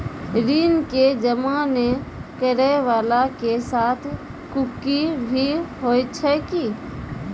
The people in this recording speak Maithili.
ऋण के जमा नै करैय वाला के साथ कुर्की भी होय छै कि?